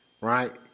right